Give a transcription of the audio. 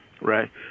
right